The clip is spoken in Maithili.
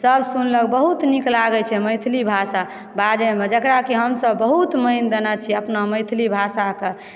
सभ सुनलक बहुत नीक लागैत छै मैथिली भाषा बाजयमे जेकरा कि हमसभ बहुत मान देने छी अपना मैथिली भाषाकऽ